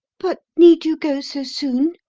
but need you go so soon?